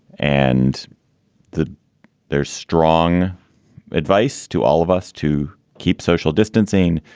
and the there's strong advice to all of us to keep social distancing,